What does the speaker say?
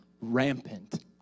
rampant